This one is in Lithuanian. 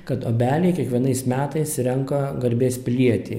kad obeliai kiekvienais metais renka garbės pilietį